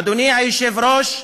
אדוני היושב-ראש,